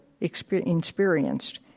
experienced